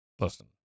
Listen